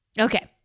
Okay